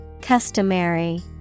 Customary